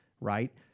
right